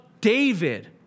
David